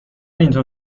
اینطور